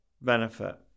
benefit